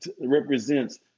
represents